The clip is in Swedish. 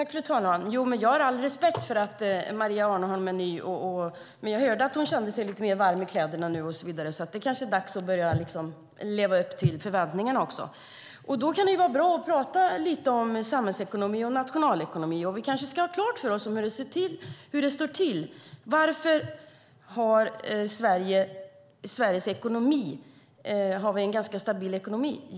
Fru talman! Jag har all respekt för att Maria Arnholm är ny. Men jag hörde att hon känner sig lite mer varm i kläderna nu. Det kanske är dags att börja leva upp till förväntningarna. Då kan det vara bra att prata lite om samhällsekonomi och nationalekonomi. Vi ska ha klart för oss hur det står till. Varför har Sverige en ganska stabil ekonomi?